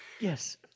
yes